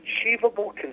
achievable